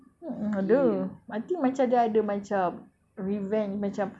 mmhmm ada nanti macam dia ada macam revenge macam